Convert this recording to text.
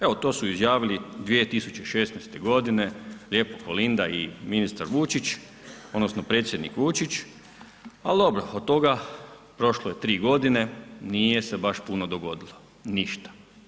Evo to su izjavili 2016. godine, lijepo Kolinda i ministar Vučić odnosno predsjednik Vučić, al dobro od toga prošlo je 3 godine nije se baš puno dogodilo, ništa.